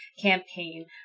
campaign